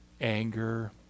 anger